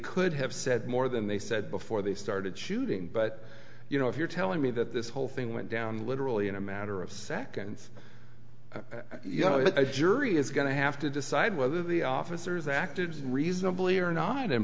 could have said more than they said before they started shooting but you know if you're telling me that this whole thing went down literally in a matter of seconds you know that a jury is going to have to decide whether the officers acted reasonably or not and